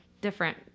different